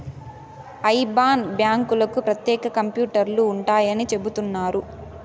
IBAN బ్యాంకులకు ప్రత్యేక కంప్యూటర్లు ఉంటాయని చెబుతున్నారు